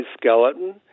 skeleton